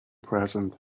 present